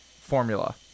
formula